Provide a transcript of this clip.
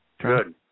Good